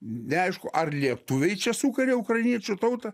neaišku ar lietuviai čia sukaria ukrainiečių tautą